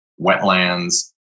wetlands